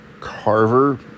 Carver